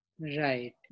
Right